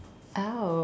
oh